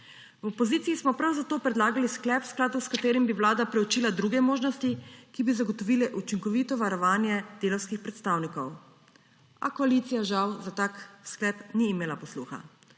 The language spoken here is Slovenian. V opoziciji smo prav zato predlagali sklep, v skladu s katerim bi Vlada preučila druge možnosti, ki bi zagotovile učinkovito varovanje delavskih predstavnikov. A koalicija žal za tak sklep ni imela posluha.